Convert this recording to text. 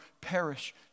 perish